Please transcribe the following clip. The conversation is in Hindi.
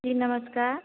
जी नमस्कार